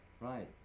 Right